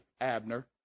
Abner